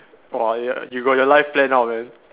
!whoa! ya you got your life planned out man